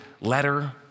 letter